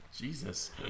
Jesus